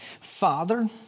Father